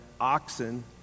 oxen